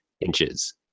inches